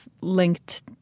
linked